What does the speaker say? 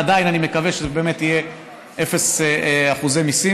עדיין אני מקווה שזה באמת יהיה אפס אחוזי מס.